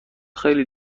خیلی